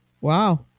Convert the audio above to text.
wow